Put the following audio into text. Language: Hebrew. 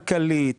כלכלית,